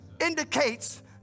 indicates